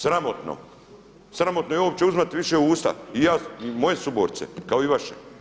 Sramotno, sramotno je uopće uzimati više u usta i moje suborce kao i vaše.